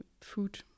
food